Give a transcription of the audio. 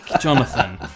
Jonathan